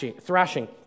thrashing